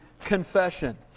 confession